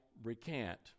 recant